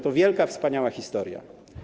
To wielka, wspaniała historia.